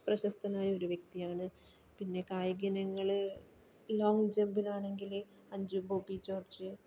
പ്രശസ്തനായ ഒരു വ്യക്തിയാണ് പിന്നെ കായിക ഇനങ്ങൾ ലോങ്ങ് ജമ്പിനാണെങ്കിൽ അഞ്ചു ബോബി ജോർജ്